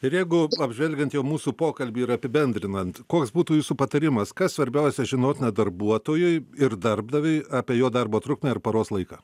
ir jeigu apžvelgiant jau mūsų pokalbį ir apibendrinant koks būtų jūsų patarimas kas svarbiausia žinotina darbuotojui ir darbdaviui apie jo darbo trukmę ir paros laiką